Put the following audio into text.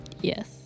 Yes